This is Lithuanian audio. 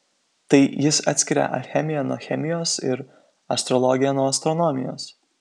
tai jis atskiria alchemiją nuo chemijos ir astrologiją nuo astronomijos